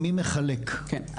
מי מחלק?